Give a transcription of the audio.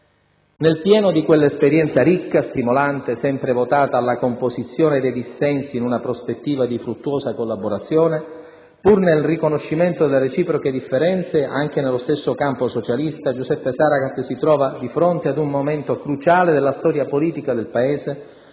Nel pieno di quell'esperienza ricca, stimolante, sempre votata alla composizione dei dissensi in una prospettiva di fruttuosa collaborazione, pur nel riconoscimento delle reciproche differenze, anche nello stesso campo socialista, Giuseppe Saragat si trova di fronte ad un momento cruciale della storia politica del Paese,